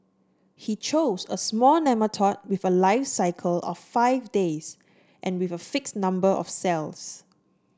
he chose a small nematode with a life cycle of five days and with a fixed number of cells